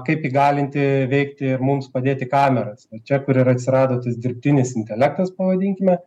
kaip įgalinti veikti ir mums padėti kameras čia kur ir atsirado tas dirbtinis intelektas pavadinkime